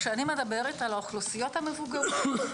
כשאני מדברת על האוכלוסיות המבוגרות,